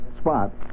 spot